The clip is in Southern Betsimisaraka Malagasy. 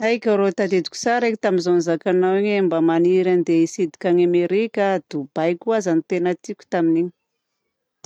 Aika rô tadidiko tsara iny tamin'izaho nizaka anao iny hoe mba maniry hitsidika an'i Amerika aho Doubai koa aza tena tiako tamin'iny.